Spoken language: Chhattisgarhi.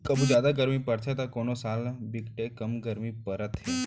कभू जादा गरमी परथे त कोनो साल बिकटे कम गरमी परत हे